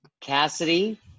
Cassidy